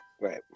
right